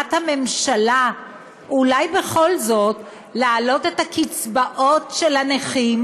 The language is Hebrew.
בכוונת הממשלה אולי בכל זאת להעלות את הקצבאות של הנכים?